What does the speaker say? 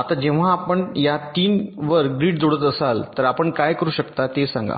आता जेव्हा आपण या 3 वर ग्रिड जोडत असाल तर आपण काय करू शकता ते सांगा